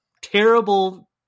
terrible